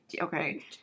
Okay